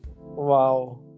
Wow